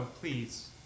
please